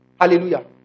Hallelujah